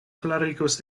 klarigos